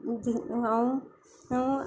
अधु ऐं ऐं